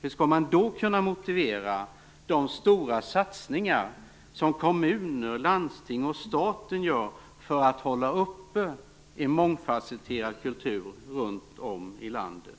Hur skall man då kunna motivera de stora satsningar som kommuner, landsting och staten gör för att hålla uppe en mångfasetterad kultur runt om i landet?